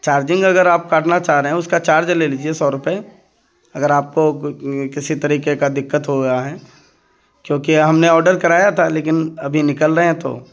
charging اگر آپ کاٹنا چاہتے ہیں اس کا چارج لے لیجیے سو روپئے اگر آپ کو کسی طریقے کا دقت ہو رہا ہے کیونکہ ہم نے آرڈر کرایا تھا لیکن ابھی نکل رہے ہیں تو